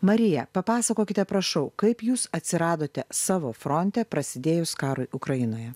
marija papasakokite prašau kaip jūs atsiradote savo fronte prasidėjus karui ukrainoje